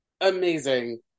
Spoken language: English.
amazing